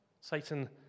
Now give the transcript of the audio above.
Satan